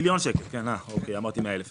במחזור של מיליון שקל, לא של 100,000 שקל.